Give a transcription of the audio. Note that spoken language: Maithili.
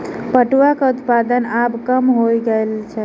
पटुआक उत्पादन आब कम होमय लागल अछि